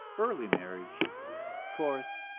early marriage fourth,